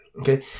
Okay